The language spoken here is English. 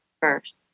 first